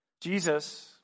Jesus